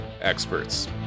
experts